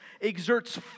exerts